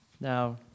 Now